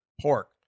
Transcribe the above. pork